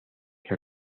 que